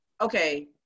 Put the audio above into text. okay